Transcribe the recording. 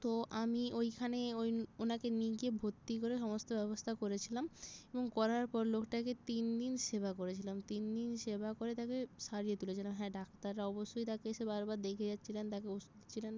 তো আমি ওইখানেই ওই ওনাকে নিয়ে গিয়ে ভর্তি করে সমস্ত ব্যবস্থা করেছিলাম এবং করার পর লোকটাকে তিন দিন সেবা করেছিলাম তিন দিন সেবা করে তাকে সারিয়ে তুলেছিলাম হ্যাঁ ডাক্তাররা অবশ্যই তাকে এসে বারবার দেখে যাচ্ছিলেন তাকে ওষুধ দিচ্ছিলেন